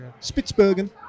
Spitsbergen